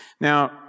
Now